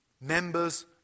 members